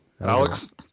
Alex